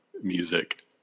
music